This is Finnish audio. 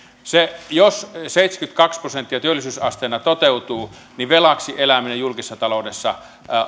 jos seitsemänkymmentäkaksi prosenttia työllisyysasteena toteutuu niin velaksi eläminen julkisessa taloudessa